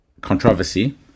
controversy